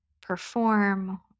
perform